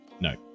No